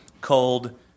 called